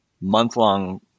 month-long